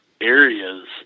areas